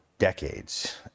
decades